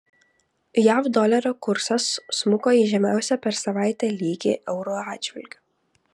jav dolerio kursas smuko į žemiausią per savaitę lygį euro atžvilgiu